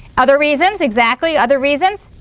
other reasons, exactly. other reasons?